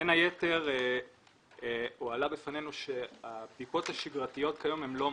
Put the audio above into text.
בין היתר הועלה בפנינו שהבדיקות השגרתיות היום לא מספיקות.